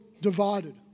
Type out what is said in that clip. divided